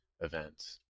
events